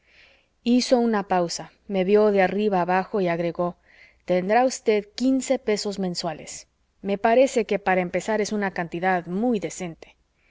hizo una pausa me vió de arriba abajo y agregó tendrá usted quince pesos mensuales me parece que para empezar es una cantidad muy decente